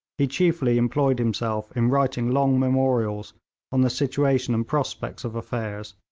he chiefly employed himself in writing long memorials on the situation and prospects of affairs,